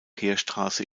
heerstraße